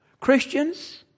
Christians